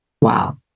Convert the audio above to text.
Wow